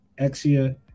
exia